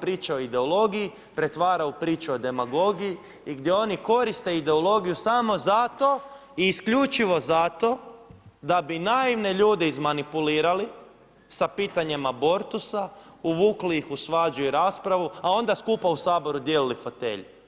priča o ideologiji, pretvara u priču o demagogiji i gdje oni koriste ideologiju samo zato i isključivo zato da bi naivne ljude izmanipulirali sa pitanjima abortusa, uvukli ih u svađu i raspravu, a onda skupa u Saboru dijelili fotelje.